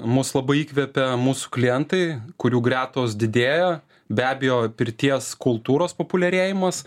mus labai įkvepia mūsų klientai kurių gretos didėja be abejo pirties kultūros populiarėjimas